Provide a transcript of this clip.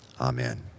Amen